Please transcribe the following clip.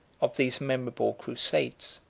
of these memorable crusades.